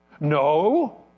No